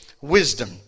wisdom